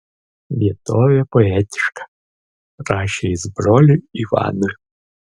vietovė poetiška rašė jis broliui ivanui